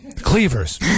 cleavers